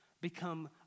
become